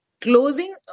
Closing